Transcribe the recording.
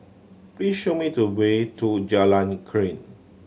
please show me the way to Jalan Krian